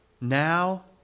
now